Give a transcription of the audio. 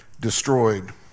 destroyed